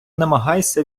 намагайся